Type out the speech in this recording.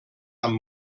amb